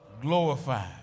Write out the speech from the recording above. Glorified